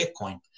Bitcoin